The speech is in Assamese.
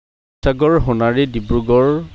শিৱসাগৰ সোণাৰী ডিব্ৰুগড়